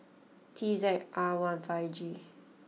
T Z R one five G